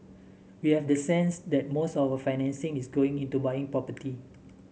we have the sense that most of the financing is going into buying property